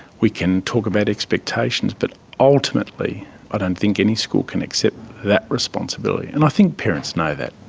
we can talk about expectations, but ultimately i don't think any school can accept that responsibility, and i think parents know that.